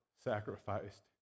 sacrificed